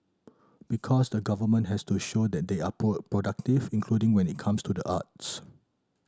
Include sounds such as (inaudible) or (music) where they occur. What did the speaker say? because the government has to show that they are (unintelligible) productive including when it comes to the arts